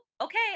okay